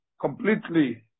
completely